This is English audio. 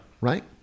Right